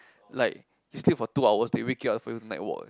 like you sleep for two hours they wake you up for you to night walk eh